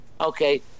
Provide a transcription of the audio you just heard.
Okay